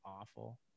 awful